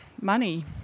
money